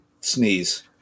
sneeze